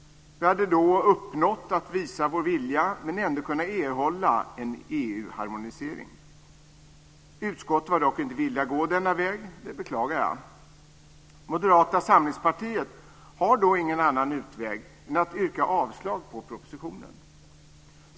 Vi hade då uppnått att visa vår vilja men ändå kunna erhålla en EU-harmonisering. Utskottet var dock inte villigt att gå denna väg, vilket jag beklagar. Moderata samlingspartiet har då ingen annan utväg än att yrka avslag på propositionen.